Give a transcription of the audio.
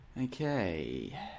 Okay